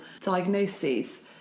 diagnoses